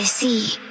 See